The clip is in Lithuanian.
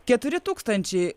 keturi tūkstančiai